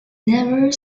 never